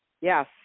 Yes